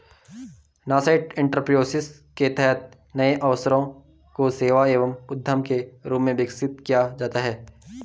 nascent entrepreneurship के तहत नए अवसरों को सेवा एवं उद्यम के रूप में विकसित किया जाता है